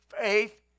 Faith